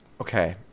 Okay